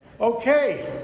Okay